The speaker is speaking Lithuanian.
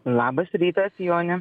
labas rytas jone